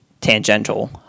tangential